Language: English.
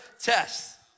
test